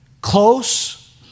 Close